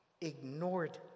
ignored